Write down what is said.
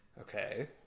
okay